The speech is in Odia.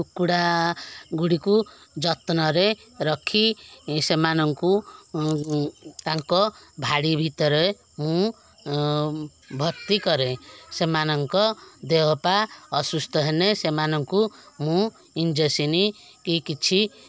କୁକୁଡ଼ା ଗୁଡ଼ିକୁ ଯତ୍ନରେ ରଖି ସେମାନଙ୍କୁ ତାଙ୍କ ଭାଡ଼ି ଭିତରେ ମୁଁ ଭର୍ତିକରେ ସେମାନଙ୍କ ଦେହପା ଅସୁସ୍ଥ ହେନେ ସେମାନଙ୍କୁ ମୁଁ ଇଂଞ୍ଜେସନ୍ ଟି କିଛି